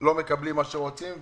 לא מקבלים מה שאנחנו רוצים,